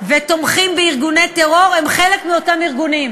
ותומכים בארגוני טרור הם חלק מאותם ארגונים.